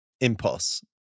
impulse